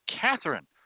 Catherine